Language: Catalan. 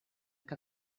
que